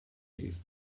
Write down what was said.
ist